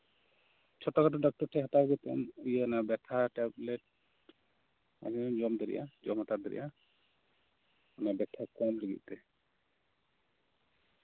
ᱪᱷᱳᱴᱳᱼᱠᱷᱟᱴᱳ doctor ᱴᱷᱮᱱ ᱫᱮᱠᱷᱟᱣ ᱠᱟᱛᱮ ᱤᱭᱟᱹ ᱵᱮᱛᱷᱟ ᱴᱮᱵᱞᱮᱴ ᱡᱚᱢ ᱫᱟᱲᱤᱭᱟᱜᱼᱟᱢ ᱡᱚᱢ ᱦᱟᱛᱟᱲ ᱫᱟᱲᱤᱭᱟᱜᱼᱟᱢ ᱚᱱᱟ ᱵᱮᱛᱷᱟ ᱠᱚᱢ ᱞᱟᱹᱜᱤᱫ ᱛᱮ